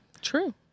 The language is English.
True